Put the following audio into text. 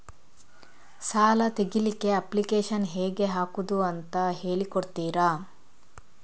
ಸಾಲ ತೆಗಿಲಿಕ್ಕೆ ಅಪ್ಲಿಕೇಶನ್ ಹೇಗೆ ಹಾಕುದು ಅಂತ ಹೇಳಿಕೊಡ್ತೀರಾ?